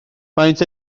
faint